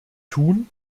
tun